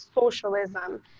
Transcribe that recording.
socialism